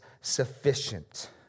sufficient